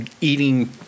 eating